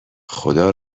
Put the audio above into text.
خدا